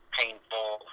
painful